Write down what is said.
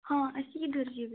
ହଁ ଆସିକି ଧରିଯିବି